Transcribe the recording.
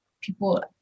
people